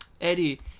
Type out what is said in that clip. Eddie